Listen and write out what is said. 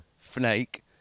snake